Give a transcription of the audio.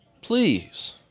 Please